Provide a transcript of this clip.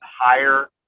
higher